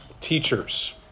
teachers